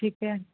ٹھیک ہے